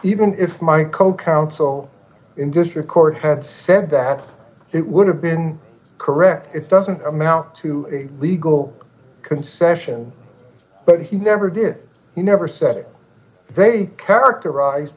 even if my co counsel in this record had said that it would have been correct it doesn't amount to a legal concession but he never did he never said they characterize